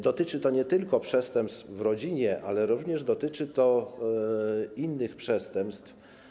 Dotyczy to nie tylko przestępstw w rodzinie, ale również innych przestępstw.